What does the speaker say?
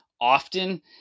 Often